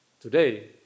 Today